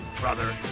Brother